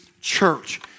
church